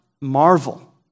marvel